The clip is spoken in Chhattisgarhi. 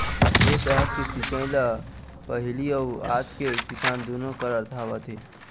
ए तरह के सिंचई ल पहिली अउ आज के किसान दुनो करत आवत हे